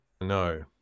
no